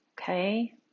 okay